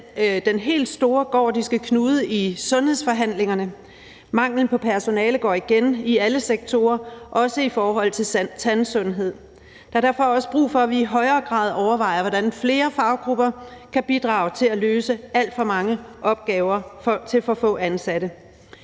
den helt store gordiske knude i sundhedsforhandlingerne, at manglen på personalet går igen i alle sektorer, også i forhold til tandsundhed. Der er derfor også brug for, at vi i højere grad overvejer, hvordan flere faggrupper kan bidrage til at løse de alt for mange opgaver til for få ansatte.